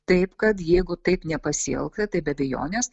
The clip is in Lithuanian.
taip kad jeigu taip nepasielgta tai be abejonės